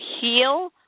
heal